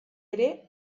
ere